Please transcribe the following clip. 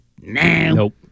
nope